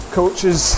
coaches